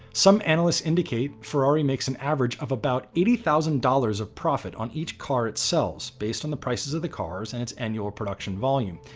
some analysts indicate ferrari makes an average of about eighty thousand dollars of profit on each car it sells based on the prices of the cars and its annual production volume.